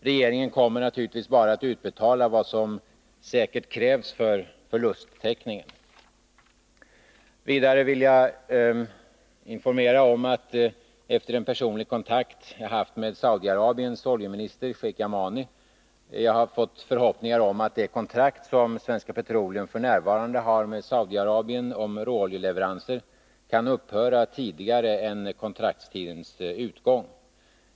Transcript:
Regeringen kommer naturligtvis bara att utbetala vad som säkert krävs för förlusttäckningen. Vidare vill jag informera om att jag efter att ha haft personlig kontakt med Saudiarabiens oljeminister Sheik Yamani har förhoppningar att det kontrakt som Svenska Petroleum f. n. har med Saudiarabien om råoljeleveranser kan upphöra före kontraktstidens utgång.